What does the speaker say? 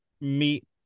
meet